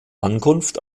ankunft